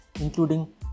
including